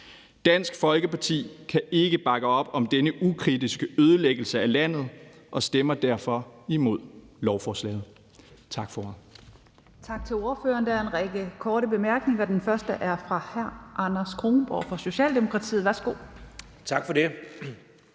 Dansk Folkeparti kan ikke bakke op om denne ukritiske ødelæggelse af landet og stemmer derfor imod lovforslaget. Tak for